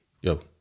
Yo